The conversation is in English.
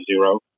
zero